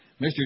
Mr